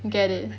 get it